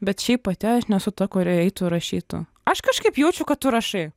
bet šiaip pati aš nesu ta kuri eitų rašytų aš kažkaip jaučiu kad tu rašai